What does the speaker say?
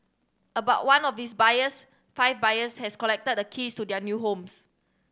about one of these buyers five buyers has collected the keys to their new homes